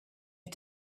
had